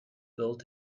built